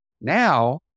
Now